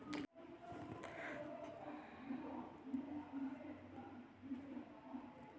QR code అంటే ఏమి? దాంట్లో ఏ ఏమేమి జాగ్రత్తలు తీసుకోవాలో సెప్పండి?